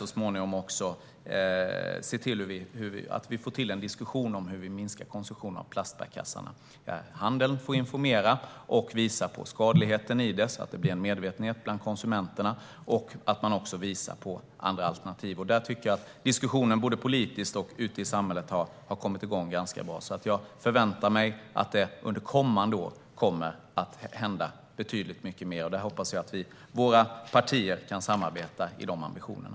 Så småningom kan det bli en diskussion om hur konsumtionen av plastbärkassar kan minskas. Handeln får informera och visa på skadligheten och ge andra alternativ. Det ska bli en medvetenhet bland konsumenterna. Jag tycker att diskussionen både politiskt och ute i samhället har kommit igång bra. Jag förväntar mig att det under kommande år kommer att hända betydligt mycket mer. Jag hoppas att våra partier kan samarbeta i de ambitionerna.